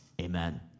amen